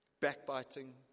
backbiting